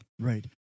Right